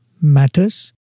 matters